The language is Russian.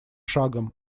шагом